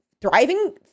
thriving